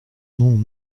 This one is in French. non